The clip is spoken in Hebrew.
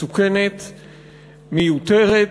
מסוכנת, מיותרת,